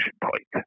point